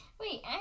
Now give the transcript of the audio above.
Wait